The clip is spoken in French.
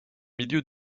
milieu